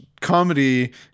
comedy